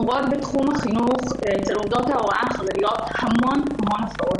אנחנו רואות בתחום החינוך אצל עובדות ההוראה החרדיות המון המון הפרות.